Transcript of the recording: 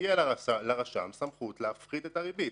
ותהיה לרשם סמכות להפחית את הריבית.